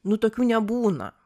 nu tokių nebūna